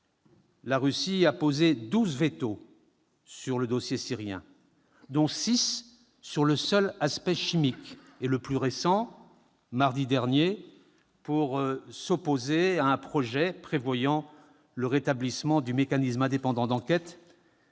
La Russie a posé douze veto sur le dossier syrien, dont six sur le seul aspect chimique, le plus récent, mardi dernier, pour s'opposer à un projet prévoyant le rétablissement du mécanisme indépendant d'enquête